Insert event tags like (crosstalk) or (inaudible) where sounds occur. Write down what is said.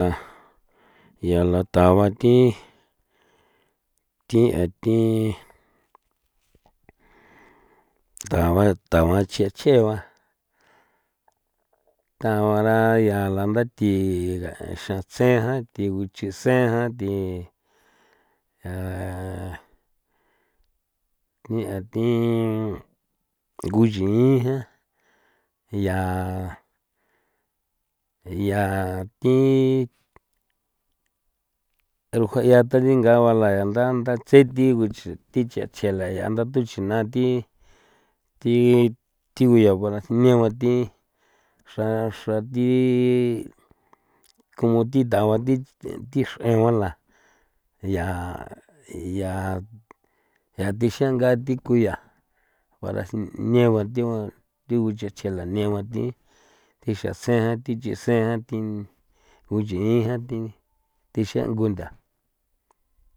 (noise) yala taba thi thi a thi taba taba chje chje ba tabaraa yala nda thi ga xatsejan thi guchisejan thii yaa ni'a thii guyii jan yaa yaa thii rujuaya ta thingalaba yaa nda ndatsethi guchi thi chiachela ya nda tuchjinathi thi thiguyaa guara sinegua thi xra xra thi como thi tagua thi xreguala yaa yaa thi xenga thi kuya para sinegua thi gua thiguchje chala negua thi thixan se jan thi chise jan thi gu nchijan thi tixenguntha.